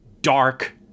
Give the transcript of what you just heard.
dark